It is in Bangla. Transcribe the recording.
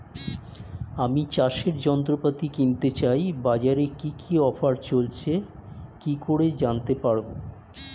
আমি চাষের যন্ত্রপাতি কিনতে চাই বাজারে কি কি অফার চলছে কি করে জানতে পারবো?